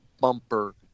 bumper